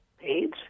page